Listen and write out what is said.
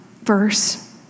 verse